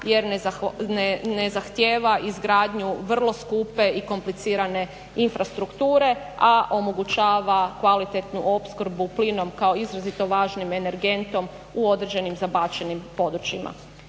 jer ne zahtijeva izgradnju vrlo skupe i komplicirane infrastrukture, a omogućava kvalitetnu opskrbu plinom kao izrazito važnim energentom u određenim zabačenim područjima.